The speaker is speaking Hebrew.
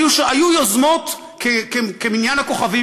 היו יוזמות כמניין הכוכבים,